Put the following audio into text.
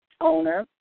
owner